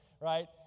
right